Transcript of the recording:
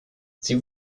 sie